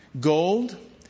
gold